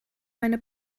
eine